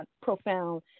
profound